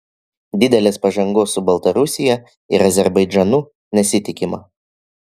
didelės pažangos su baltarusija ir azerbaidžanu nesitikima